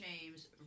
James